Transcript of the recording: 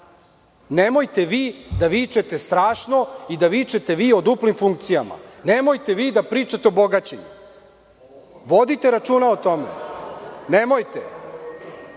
Nemojte vi da vičete – strašno i da vičete vi o duplim funkcijama. Nemojte vi da pričate o bogatima. Vodite računa o tome. Nemojte. Ja